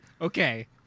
okay